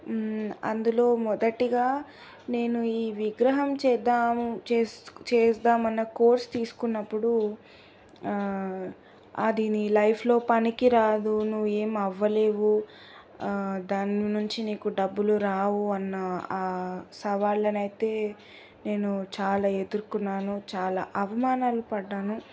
అందులో మొదటిగా నేను ఈ విగ్రహం చేద్దాము చేద్దామన్న కోర్స్ తీసుకున్నప్పుడు అది నీ లైఫ్లో పనికిరాదు నువ్వు ఏం అవలేవు దాని నుంచి నీకు డబ్బులు రావు అన్న సవాళ్ళని అయితే నేను చాలా ఎదురుకున్నాను చాలా అవమానాలు పడ్డాను